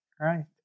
right